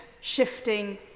shifting